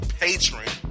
patron